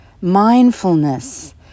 mindfulness